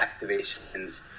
activations